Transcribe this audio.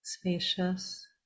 spacious